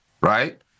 right